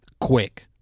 quick